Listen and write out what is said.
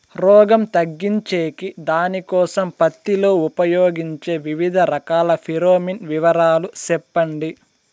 రోగం తగ్గించేకి దానికోసం పత్తి లో ఉపయోగించే వివిధ రకాల ఫిరోమిన్ వివరాలు సెప్పండి